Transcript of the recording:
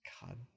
God